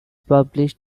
published